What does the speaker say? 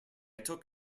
took